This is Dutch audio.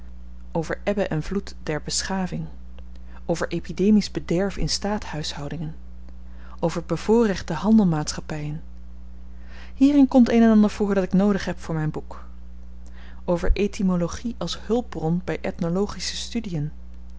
over ebbe en vloed der beschaving over epidemisch bederf in staathuishoudingen over bevoorrechte handelmaatschappyen hierin komt een en ander voor dat ik noodig heb voor myn boek over etymologie als hulpbron by ethnologische studien